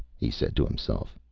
he said to himself.